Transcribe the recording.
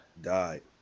died